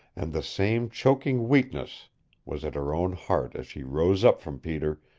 and the same choking weakness was at her own heart as she rose up from peter,